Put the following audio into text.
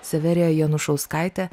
severija janušauskaite